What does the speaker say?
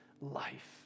life